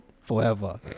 forever